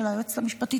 של היועצת המשפטית